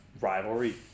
rivalry